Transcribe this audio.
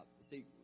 See